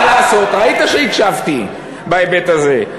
מה לעשות, ראית שהקשבתי בהיבט הזה.